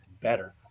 better